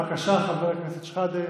בבקשה, חבר הכנסת שחאדה.